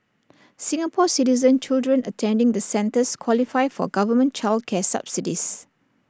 Singapore Citizen children attending the centres qualify for government child care subsidies